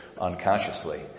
unconsciously